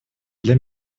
для